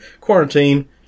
quarantine